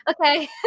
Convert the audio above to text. okay